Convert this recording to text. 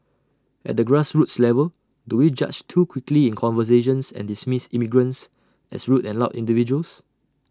at the grassroots level do we judge too quickly in conversations and dismiss immigrants as rude and loud individuals